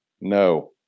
No